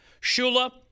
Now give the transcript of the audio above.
Shula